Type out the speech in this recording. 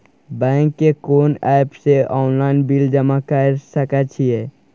Bank के कोन app से ऑनलाइन बिल जमा कर सके छिए?